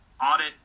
audit